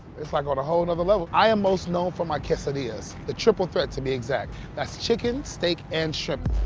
it's like on a whole-nother level. i am most known for my quesadillas, the triple threat, to be exact. that's chicken, steak, and shrimp.